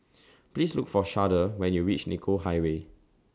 Please Look For Sharde when YOU REACH Nicoll Highway